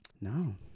no